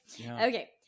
Okay